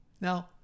Now